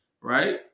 right